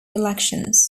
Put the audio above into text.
elections